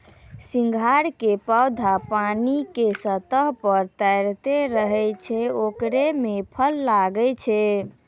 सिंघाड़ा के पौधा पानी के सतह पर तैरते रहै छै ओकरे मॅ फल लागै छै